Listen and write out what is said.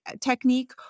technique